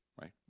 right